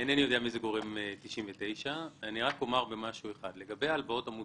אינני יודע מי זה "גורם 99". לגבי ההלוואות המותאמות,